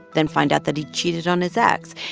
then find out that he cheated on his ex.